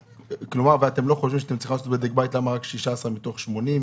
חושבים שאתם צריכים לעשות בדק בית למה רק 16 מתוך 80?